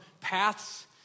paths